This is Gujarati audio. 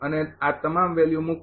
અને આ તમામ વેલ્યુ મૂકો